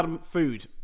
food